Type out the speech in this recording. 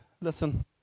listen